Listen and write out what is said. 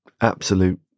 absolute